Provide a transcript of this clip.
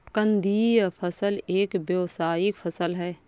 कंदीय फसल एक व्यावसायिक फसल है